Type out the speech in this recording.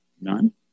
none